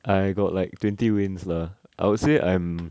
I got like twenty wins lah I would say I'm